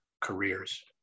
careers